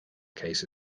case